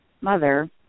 mother